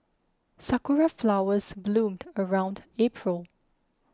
sakura flowers bloomed around April